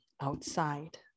outside